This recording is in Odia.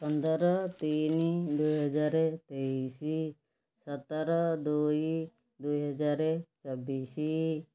ପନ୍ଦର ତିନି ଦୁଇହଜାର ତେଇଶ ସତର ଦୁଇ ଦୁଇହଜାର ଚବିଶ